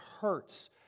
hurts